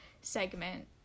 segment